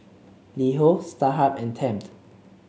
LiHo Starhub and Tempt